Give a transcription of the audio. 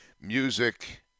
Music